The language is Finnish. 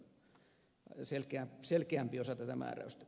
tämä on ymmärrettävää ja selkeämpi osa tätä määräystä